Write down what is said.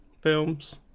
films